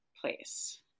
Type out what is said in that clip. place